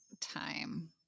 time